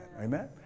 Amen